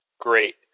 Great